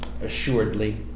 assuredly